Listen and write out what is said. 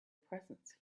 presence